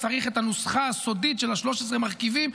צריך את הנוסחה הסודית של ה-13 מרכיבים,